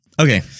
okay